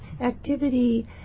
activity